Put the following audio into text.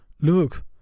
look